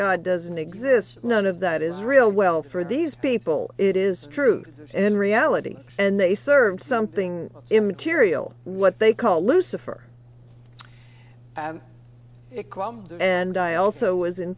god doesn't exist none of that is real well for these people it is truth and reality and they serve something immaterial what they call lucifer and i also was in